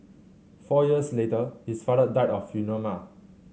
four years later his father died of